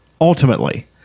ultimately